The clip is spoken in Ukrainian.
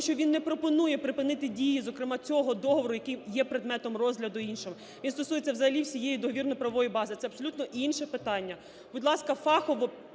що він не пропонує припинити дії, зокрема цього договору, який є предметом розгляду іншого. Він стосується взагалі всієї договірно-правової бази. Це абсолютно інше питання. Будь ласка, фахово